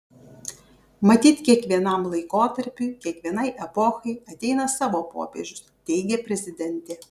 matyt kiekvienam laikotarpiui kiekvienai epochai ateina savo popiežius teigė prezidentė